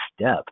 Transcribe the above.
step